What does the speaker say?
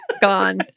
Gone